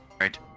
right